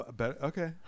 Okay